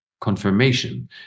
confirmation